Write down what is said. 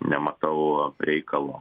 nematau reikalo